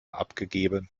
abgegeben